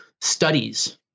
studies